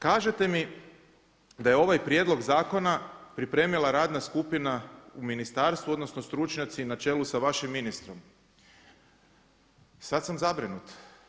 Kažete mi da je ovaj prijedlog zakona pripremila radna skupina u ministarstvu, odnosno stručnjaci na čelu sa vašim ministrom, sad sam zabrinut.